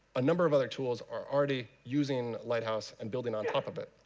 a number of other tools are already using lighthouse and building on top of it.